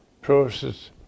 process